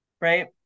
right